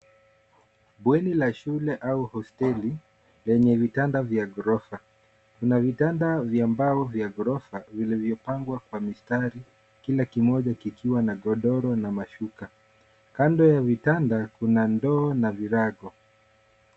Bweni la shule au hosteli ,lenye vitanda vya ghorofa. Kuna vitanda vya mbao vya ghorofa vilivyo pangwa kwa mistari ,Kila kimoja kikiwa na godoro na mashuka. Kando ya vitanda Kuna ndoo na virago.